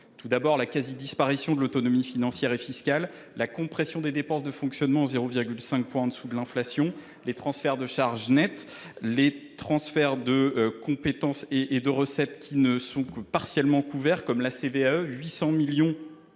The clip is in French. vos décisions : la quasi disparition de l’autonomie financière et fiscale ; la compression des dépenses de fonctionnement de 0,5 point, en dessous de l’inflation ; les transferts de charges nets ; les transferts de compétences et de recettes qui ne sont que partiellement couverts, à l’image de la